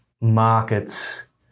markets